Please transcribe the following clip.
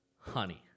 honey